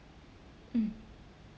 mm